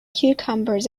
cucumbers